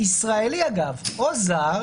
ישראלי אגב או זר,